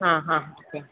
ആ ഹാ ഓക്കെ